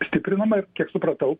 stiprinama ir kiek supratau